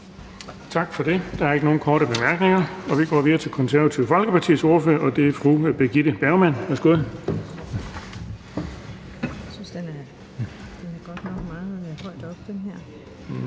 Tak for det. Der er ikke nogen korte bemærkninger. Vi går videre til Det Konservative Folkepartis ordfører, og det er fru Birgitte Bergman. Værsgo. Kl. 12:28 (Ordfører) Birgitte Bergman (KF): Tak for det.